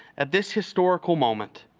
at this historical moment,